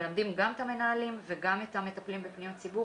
מלמדים גם את המנהלים וגם את המטפלים בפניות ציבור